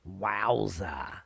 Wowza